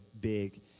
big